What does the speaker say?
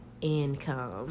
income